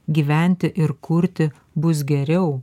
gyventi ir kurti bus geriau